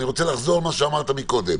אני רוצה לחזור על מה שאמרת קודם.